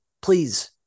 please